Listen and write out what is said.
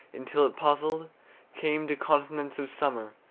until it puzzled came to continents of summer,